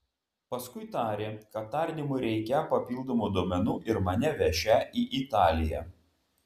paskui tarė kad tardymui reikią papildomų duomenų ir mane vešią į italiją